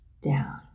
down